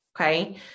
Okay